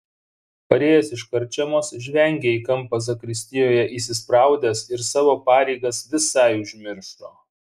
parėjęs iš karčiamos žvengė į kampą zakristijoje įsispraudęs ir savo pareigas visai užmiršo